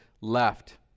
left